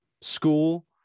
school